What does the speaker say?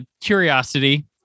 curiosity